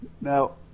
Now